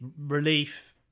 relief